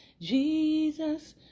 Jesus